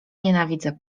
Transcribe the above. nienawidzę